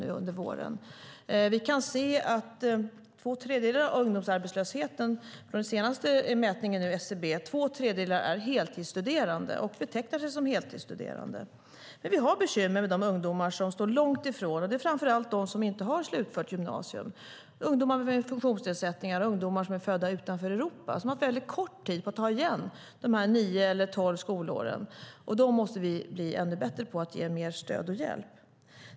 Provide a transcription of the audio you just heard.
Enligt SCB:s senaste mätning är två tredjedelar av de arbetslösa ungdomarna heltidsstuderande och betecknar sig som heltidsstuderande. Men vi har bekymmer med de ungdomar som står långt ifrån arbetsmarknaden. Det är framför allt de som inte har slutfört sin gymnasieutbildning, ungdomar med funktionsnedsättningar, ungdomar som är födda utanför Europa som haft väldigt kort tid på sig att ta igen de missade nio eller tolv skolåren. Dem måste vi bli ännu bättre på att ge mer stöd och hjälp.